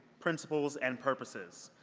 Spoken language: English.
principles and purposes.